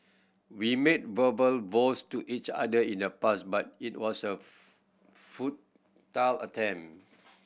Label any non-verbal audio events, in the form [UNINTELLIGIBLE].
we made verbal vows to each other in the past but it was a [UNINTELLIGIBLE] attempt